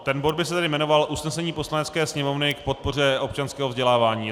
Ten bod by se tedy jmenoval Usnesení Poslanecké sněmovny k podpoře občanského vzdělávání.